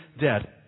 dead